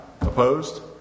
Opposed